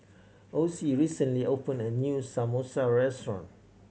Ocie recently opened a new Samosa restaurant